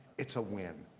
it's a win.